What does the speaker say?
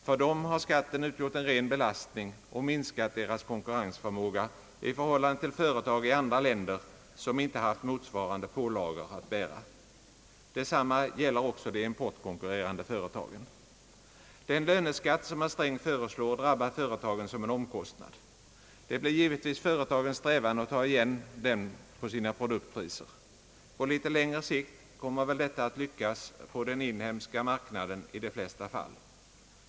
För dem har skatten utgjort en ren belastning och minskat deras konkurrensförmåga i förhållande till företag i andra länder som inte haft motsvarande pålagor att bära. Detsamma gäller också de importkonkurrerande företagen. Den löneskatt som herr Sträng föreslår drabbar företagen som en omkostnad. Det blir givetvis företagens strävan att ta igen den på sina produktpriser. På litet längre sikt kommer väl detta att lyckas på den inhemska marknaden i de flesta fall.